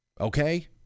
okay